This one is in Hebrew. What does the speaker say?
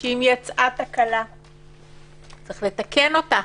שאם יצאה תקלה צריך לתקן אותה.